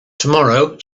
tomorrow